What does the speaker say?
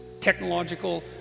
technological